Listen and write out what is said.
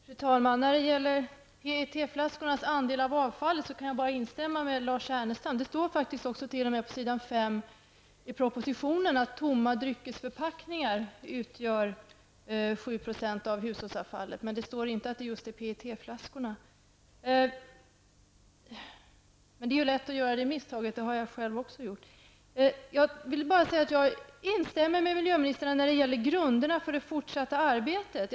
Fru talman! När det gäller PET-flaskornas andel av avfallet, kan jag bara instämma med Lars Ernestam. Det står faktiskt också i propositionen på s. 5 att tomma dryckesförpackningar utgör 7 % av hushållsavfallet, men det står inte att det är just PET-flaskorna. Det är lätt att göra det misstaget, det har jag själv gjort. Jag instämmer med miljöministern om grunderna för det fortsatta arbetet.